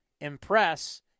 impress